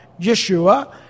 Yeshua